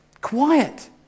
Quiet